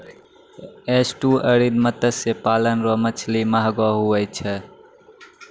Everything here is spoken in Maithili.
एस्टुअरिन मत्स्य पालन रो मछली महगो हुवै छै